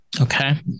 Okay